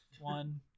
one